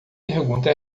pergunta